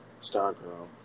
Stargirl